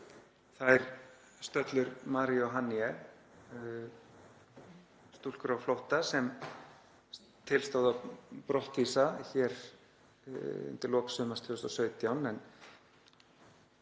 um þær stöllur Mary og Haniye, stúlkur á flótta sem til stóð að brottvísa hér undir lok sumars 2017